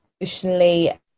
emotionally